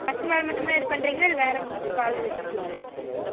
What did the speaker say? பசும்பால் மட்டும்தான் இது பண்ணுறிங்களா இல்லை வேறு எதுவும் பால் எதுவும் வச்சுருக்கீங்களாங்க